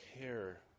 care